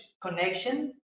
connection